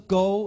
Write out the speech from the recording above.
go